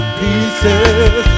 pieces